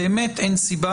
באמת אין סיבה,